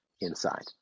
inside